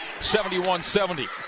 71-70